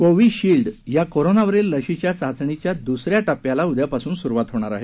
Covishield या कोरोनावरील लशीच्या चाचणीच्या दुस या टप्प्याला उद्यापासून सुरुवात होणार आहे